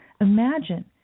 Imagine